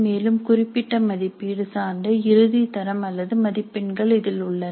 மேலும் குறிப்பிட்ட மதிப்பீடு சார்ந்த இறுதி தரம் அல்லது மதிப்பெண்கள் இதில் உள்ளன